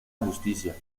justicia